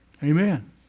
Amen